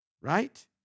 right